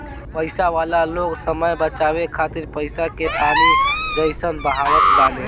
पईसा वाला लोग समय बचावे खातिर पईसा के पानी जइसन बहावत बाने